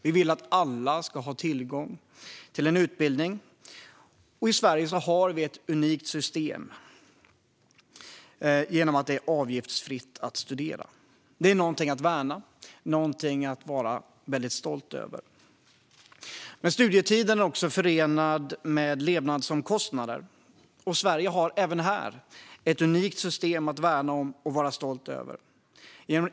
Vi vill att alla ska ha tillgång till en utbildning, och i Sverige har vi ett unikt system genom att det är avgiftsfritt att studera. Det är något att värna om och vara stolt över. Men studietiden är också förenad med levnadsomkostnader. Sverige har även här ett unikt system att värna om och vara stolt över.